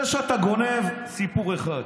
זה שאתה גונב, סיפור אחד,